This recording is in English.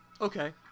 Okay